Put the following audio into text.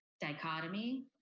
dichotomy